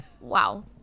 Wow